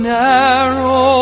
narrow